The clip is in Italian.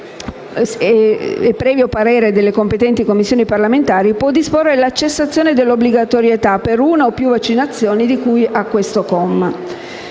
previo parere delle competenti Commissioni parlamentari, può disporre la cessazione dell'obbligatorietà per una o più vaccinazioni di cui al comma